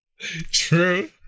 True